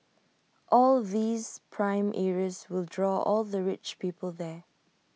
all these prime areas will draw all the rich people there